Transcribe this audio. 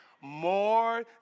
more